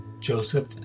Joseph